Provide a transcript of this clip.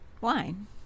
wine